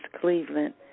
Cleveland